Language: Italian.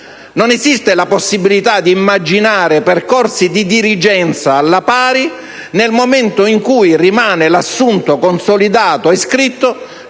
Non esiste la possibilità di immaginare percorsi di dirigenza alla pari nel momento in cui rimane l'assunto consolidato e scritto